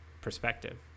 perspective